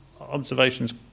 observations